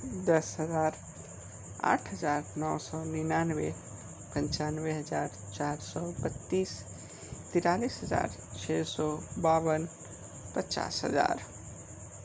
दस हज़ार आठ हजार नौ सौ निन्यानवे पंचानवे हज़ार चार सौ बत्तीस तिरालिस हज़ार छः सौ बावन पचास हज़ार